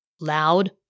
loud